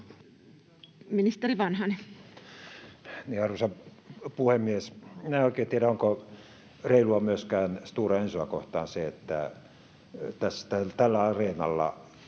Content: Arvoisa puhemies! Minä en oikein tiedä, onko reilua myöskään Stora Ensoa kohtaan se, että tällä areenalla